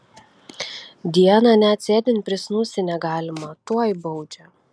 dieną net sėdint prisnūsti negalima tuoj baudžia